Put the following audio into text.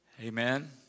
Amen